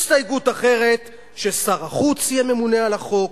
הסתייגות אחרת, ששר החוץ יהיה ממונה על החוק.